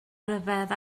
ryfedd